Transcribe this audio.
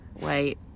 Wait